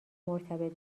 مرتبط